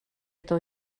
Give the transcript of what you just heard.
это